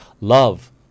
Love